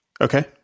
Okay